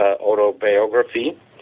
autobiography